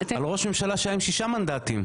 על ראש ממשלה שהיה עם שישה מנדטים,